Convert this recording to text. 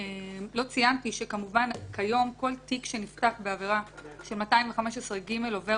לא ציינתי שכמובן כיום כל תיק שנפתח בעבירה של 215(ג) עובר